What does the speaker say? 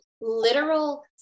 literal